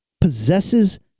possesses